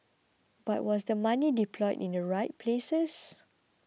but was the money deployed in the right places